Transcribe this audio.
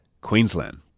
Queensland